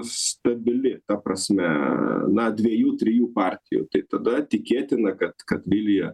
stabili ta prasme na dviejų trijų partijų tai tada tikėtina kad kad vilija